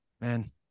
man